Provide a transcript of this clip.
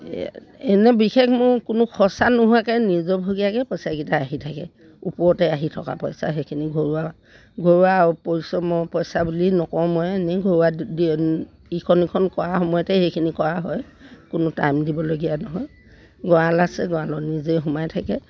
এনে বিশেষ মোৰ কোনো খৰচা নোহোৱাকৈ নিজৰববীয়াকৈ পইছাকেইটা আহি থাকে ওপৰতে আহি থকা পইছা সেইখিনি ঘৰুৱা ঘৰুৱা পৰিশ্ৰম পইছা বুলি নকওঁ মই এনেই ঘৰুৱা ইখন ইখন কৰা সময়তে সেইখিনি কৰা হয় কোনো টাইম দিবলগীয়া নহয় গঁৰাল আছে গঁৰালত নিজেই সোমাই থাকে